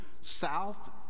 south